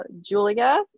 julia